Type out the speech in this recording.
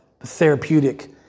therapeutic